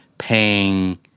paying